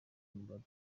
imbata